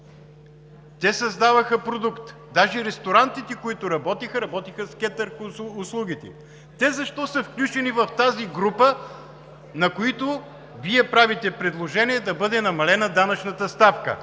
те създаваха продукт. Даже ресторантите, които работеха, работеха с кетъринг услугите. Те защо са включени в тази група, на които Вие правите предложение да бъде намалена данъчната ставка?